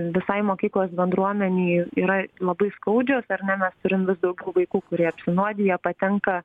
visai mokyklos bendruomenei yra labai skaudžios ar ne mes turim vis daugiau vaikų kurie apsinuodiję patenka